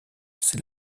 c’est